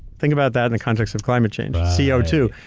think about that in the context of climate change. c o two.